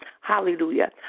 Hallelujah